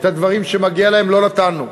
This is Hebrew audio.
את הדברים שמגיעים להם, ולא נתנו.